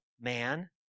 man